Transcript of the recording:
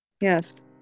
Yes